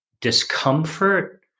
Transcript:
discomfort